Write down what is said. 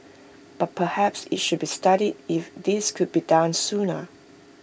but perhaps IT should be studied if this could be done sooner